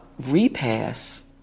repass